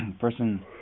person